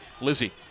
Lizzie